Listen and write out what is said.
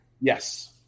Yes